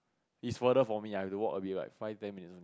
it's further for me I have to walk a bit right five ten minutes only